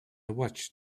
watched